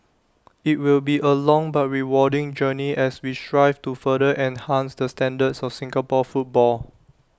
IT will be A long but rewarding journey as we strive to further enhance the standards of Singapore football